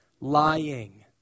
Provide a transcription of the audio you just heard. lying